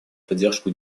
поддержку